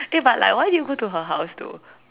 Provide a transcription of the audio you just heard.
eh but like why did you go to her house though